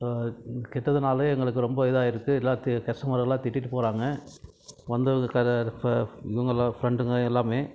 கெட்டாதனாலே எங்களுக்கு ரொம்ப இதாக ஆயிருச்சு கஸ்டமர்களெல்லாம் திட்டிகிட்டு போகறாங்க வந்தவங்க இவங்கல்லாம் ஃப்ரெண்டுகள் எல்லாமே